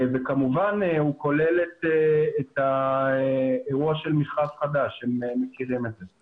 כמובן הוא כולל את האירוע של מכרז חדש שהם מכירים את זה.